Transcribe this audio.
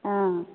हॅं